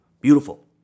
beautiful